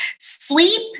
sleep